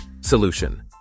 Solution